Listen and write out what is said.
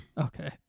Okay